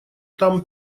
там